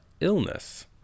illness